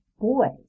boys